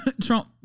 Trump